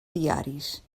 diaris